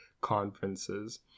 conferences